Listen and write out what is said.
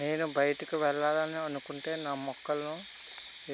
నేను బయటకి వెళ్ళాలని అనుకుంటే నా మొక్కలను